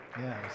yes